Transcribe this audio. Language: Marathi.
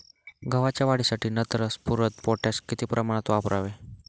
गव्हाच्या वाढीसाठी नत्र, स्फुरद, पोटॅश किती प्रमाणात वापरावे?